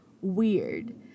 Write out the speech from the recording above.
weird